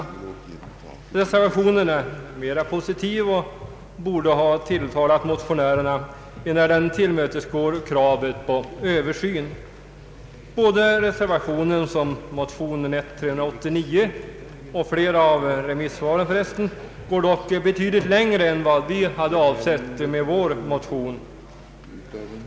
Reservationen är mera positiv och borde ha tilltalat motionärerna enär den tillmötesgår kravet på översyn. Reservationen, motionen I: 389 och förresten flera av remissvaren går dock betydligt längre än vad vi hade avsett med vår motion.